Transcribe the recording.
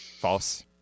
false